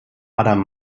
adam